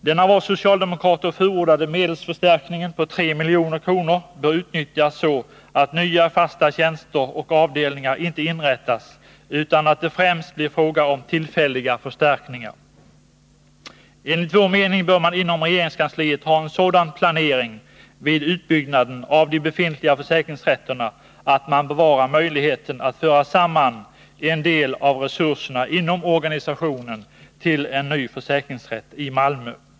Den av oss socialdemokrater förordade medelsförstärkningen på 3 milj.kr. bör inte utnyttjas så att nya fasta tjänster och avdelningar inrättas, utan så att det främst blir fråga om 139 Nr 117 tillfälliga förstärkningar. Enligt vår mening bör man inom regeringskansliet ha en sådan planering vid utbyggnaden av de befintliga försäkringsrätterna att man bevarar möjligheten att föra samman en del av resurserna inom organisationen till en ny försäkringsrätt i Malmö.